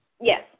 Yes